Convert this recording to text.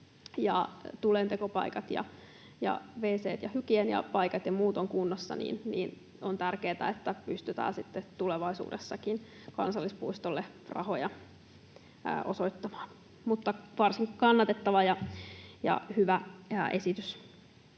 tulentekopaikat, wc:t, hygieniapaikat ja muut ovat kunnossa, on tärkeätä, että pystytään sitten tulevaisuudessakin kansallispuistoille rahoja osoittamaan. Varsin kannatettava ja hyvä esitys.